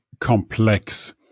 complex